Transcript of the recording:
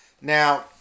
Now